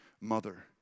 mother